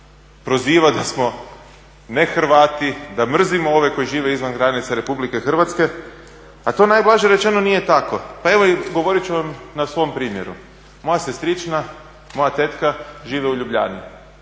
proziva da smo ne Hrvati, da mrzimo ove koji žive izvan granica Republike Hrvatske, a to najblaže rečeno nije tako. Pa evo govorit ću vam i na svom primjeru. Moja sestrična, moja tetka žive u Ljubljani.